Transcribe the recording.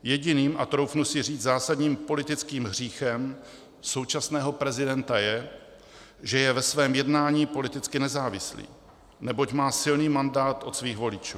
Jediným a troufnu si říct zásadním politickým hříchem současného prezidenta je, že je ve svém jednání politicky nezávislý, neboť má silný mandát od svých voličů.